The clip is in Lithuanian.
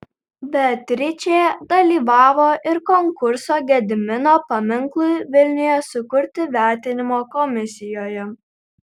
beatričė dalyvavo ir konkurso gedimino paminklui vilniuje sukurti vertinimo komisijoje